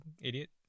idiot